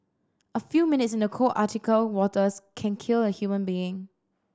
a few minutes in the cold Antarctic waters can kill a human being